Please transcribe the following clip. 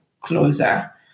closer